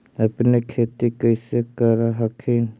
अपने खेती कैसे कर हखिन?